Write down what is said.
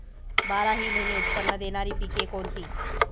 बाराही महिने उत्त्पन्न देणारी पिके कोणती?